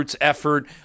effort